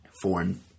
foreign